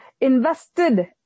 invested